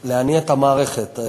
להניע את המערכת.